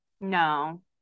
No